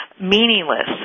meaningless